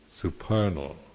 supernal